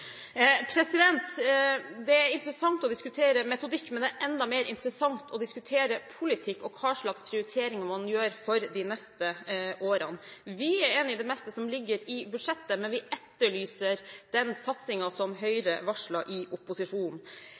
Det er interessant å diskutere metodikk, men det er enda mer interessant å diskutere politikk og hva slags prioriteringer man gjør for de neste årene. Vi er enige i det meste som ligger i budsjettet, men vi etterlyser den satsingen som Høyre varslet i